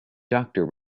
doctor